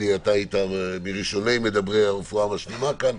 אלי אבידר היית מהראשונים שדיברו על רפואה משלימה כאן.